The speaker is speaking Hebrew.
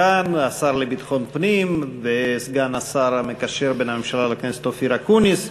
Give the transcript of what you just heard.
כאן השר לביטחון פנים וסגן השר המקשר בין הממשלה לכנסת אופיר אקוניס.